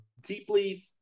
deeply